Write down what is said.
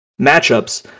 matchups